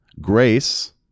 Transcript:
grace